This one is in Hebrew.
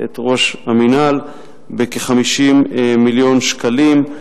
ראש המינהל, בכ-50 מיליון שקלים.